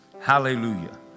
Hallelujah